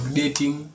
dating